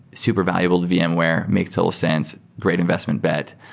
super valuable vmware. makes total sense. great investment bet.